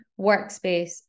workspace